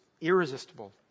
irresistible